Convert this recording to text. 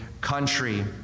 country